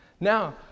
Now